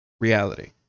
reality